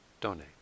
donate